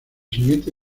siguiente